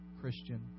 Christian